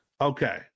okay